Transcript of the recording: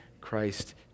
Christ